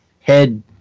head